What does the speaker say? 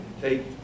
take